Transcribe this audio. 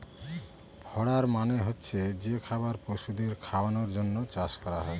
fodder মানে হচ্ছে যে খাবার পশুদের খাওয়ানোর জন্য চাষ করা হয়